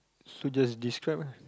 so just describe lah